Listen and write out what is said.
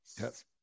Yes